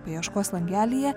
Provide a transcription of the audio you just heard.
paieškos langelyje